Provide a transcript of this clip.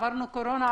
עברנו קורונה,